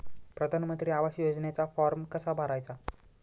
प्रधानमंत्री आवास योजनेचा फॉर्म कसा भरायचा?